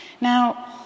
Now